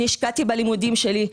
אני השקעתי בלימודים שלי,